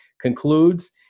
concludes